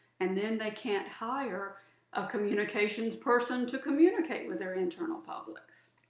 and then they can't hire a communications person to communicate with their internal publics.